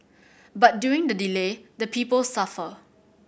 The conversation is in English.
but during the delay the people suffer